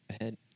ahead